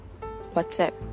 WhatsApp